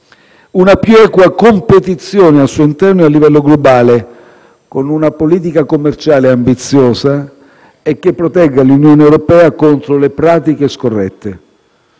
una più equa competizione al suo interno e a livello globale, con una politica commerciale ambiziosa e che protegga l'Unione europea contro le pratiche scorrette.